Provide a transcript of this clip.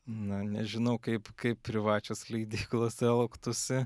na nežinau kaip kaip privačios leidyklos elgtųsi